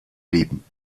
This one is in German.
leben